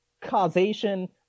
causation